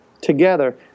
together